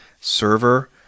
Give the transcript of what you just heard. server